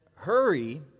Hurry